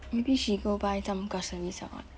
maybe she go buy some groceries or what